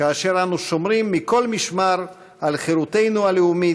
כאשר אנו שומרים מכל משמר על חירותנו הלאומית,